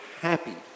happy